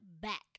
back